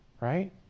right